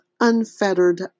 unfettered